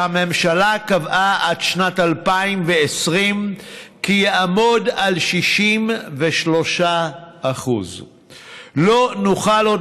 שהממשלה קבעה כי עד שנת 2020 יעמוד על 63%. לא נוכל עוד